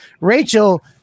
rachel